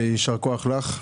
יישר כוח לך.